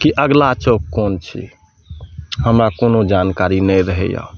कि अगिला चौक कोन छियै हमरा कोनो जानकारी नहि रहैया